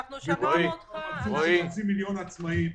שמענו אותך --- זה סיפור עצוב של חצי מיליון עצמאים.